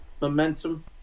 momentum